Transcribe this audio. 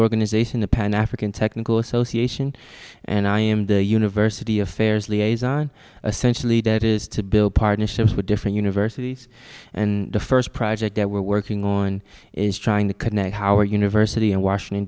organization the pan african technical association and i am the university affairs liaison essentially that is to build partnerships with different universities and the st project that we're working on is trying to connect our university in washington